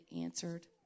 answered